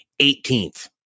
18th